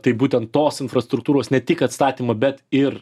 tai būtent tos infrastruktūros ne tik atstatymą bet ir